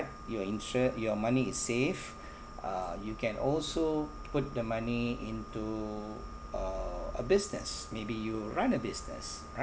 you're insured your money is safe uh you can also put the money into uh a business maybe you run a business right